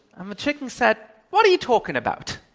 um ah chicken said, what are you talking about?